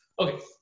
Okay